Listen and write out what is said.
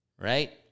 Right